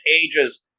ages